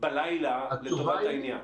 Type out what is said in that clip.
בלילה לטובת העניין.